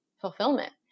fulfillment